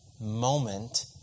moment